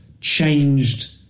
changed